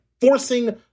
forcing